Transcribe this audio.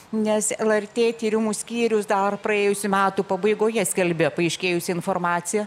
nes lrt tyrimų skyriu dar praėjusių metų pabaigoje skelbė paaiškėjusią informaciją